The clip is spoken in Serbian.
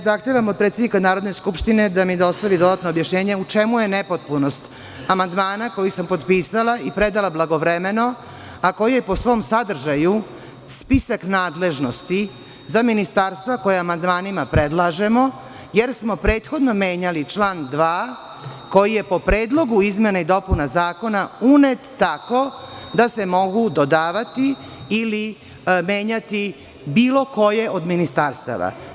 Zahtevam od predsednika Narodne skupštine da mi dostavi dodatno objašnjenje u čemu je nepotpunost amandmana koji sam potpisala i predala blagovremeno, a koji je po svom sadržaju spisak nadležnosti za ministarstva koja amandmanima predlažemo, jer smo prethodno menjali član 2, koji je, po predlogu izmena i dopuna Zakona, unet tako da se mogu dodavati ili menjati bilo koje od ministarstava.